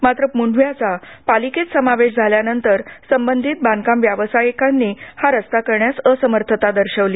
मात्र मुंढव्याचा पालिकेत समावेश झाल्यानंतर संबंधित बांधकाम व्यावसायिकांनी हा रस्ता करण्यास असमर्थता दर्शवली